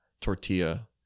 tortilla